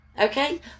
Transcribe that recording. Okay